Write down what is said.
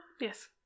Yes